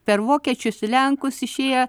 per vokiečius į lenkus išėję